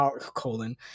colon